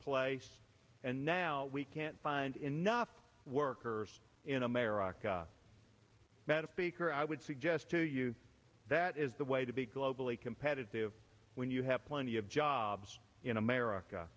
place and now we can't find enough workers in america better speaker i would suggest to you that is the way to be globally competitive when you have plenty of jobs in america